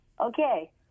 okay